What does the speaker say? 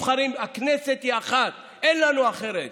הכנסת היא אחת, אין לנו אחרת.